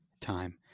time